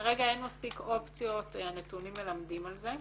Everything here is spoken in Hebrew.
כרגע אין מספיק אופציות, הנתונים מלמדים על זה.